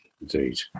Indeed